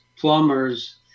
plumbers